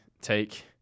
take